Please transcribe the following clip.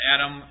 Adam